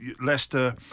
Leicester